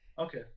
Okay